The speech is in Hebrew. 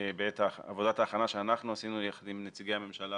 בעבודת ההכנה שאנחנו עשינו יחד עם נציגי הממשלה